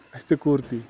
اَسہِ تہِ کوٚر تی